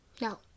No